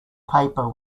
paper